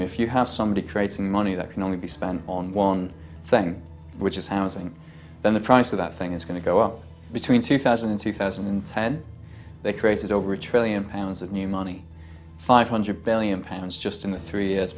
if you have somebody trace money that can only be spent on one thing which is housing then the price of that thing is going to go up between two thousand and two thousand and ten they created over a trillion pounds of new money five hundred billion pounds just in the three years